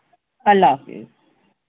اللہ حافظ